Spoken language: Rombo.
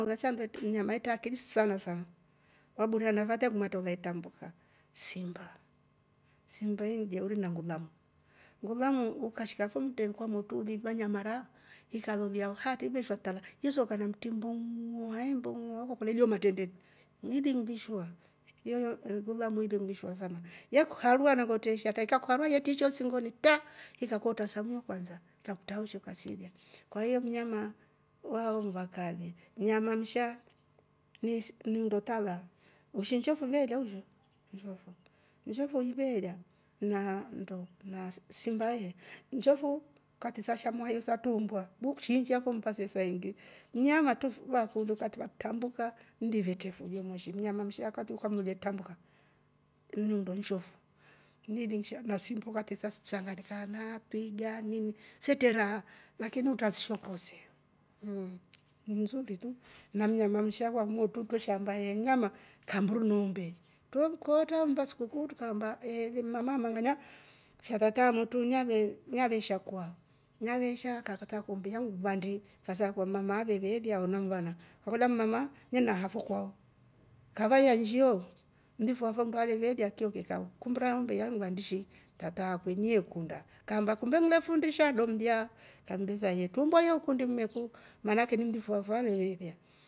Mnyama etre akili sana sana waburia neva aatra akumatre we trambuka simbaa. simba hii ingejeuri na ngulamu, ngulamu ukashika fo mtoni kwa motru ulimanya mara ikalolia uhatri le ishwa tala lesooka na mtri mboong'oha mboong'oa ukakolya hii ah matrendeni niling'vishwa. yoyoo ni ngulamu ili nvishwa sana yekuharua na kwetre yeti ikakuharua ye tishia oh singoni traa! Ikakootra samu aah kwansa ikakutra oh shi ikasiilya kwahiyo mnyama vaoo ni vakali. Mnyama msha si nndo taba uwiishi nshoofu veelya usho. nshofu nveela naa nndo na simba ehe nshofu wakati sasha mwai satru umbwa mukshiinjia fo mmba se saa siingi mnyama tru waktri va trambuka ndivi vetre fujo moshi. mnyama msha wakati we mlolya trambuka umundo nshofu nili nsha na simba wakati sa shanganyikana twigaa nini setre raha lakini utrasi shokose mmm. ni nzuri tu na mnyama msha kwamotru twre shaamba eeh mnyama kamburu na umbe twre mkootra oh mmba sikuku trukaamba mamaa ama ng'anaya. sha tataa amotru nave- nave shakua. naveesha kakata umbe ilya mng'vandi kasaaakulia mama ave veliaa ama ng'vana kakolya ni mama nehaa fo kwao kavaiya nshnjioo mlifu afo ngale velia kiyo kikava kumbra umbe ilya nvandi shi tat akwe nyiee kunda kaamba kumbe ngile fundisha do mlya kambesa yee trumbua yo ukundi mmeku maana ni mlifu afo ale veelia,